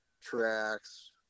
tracks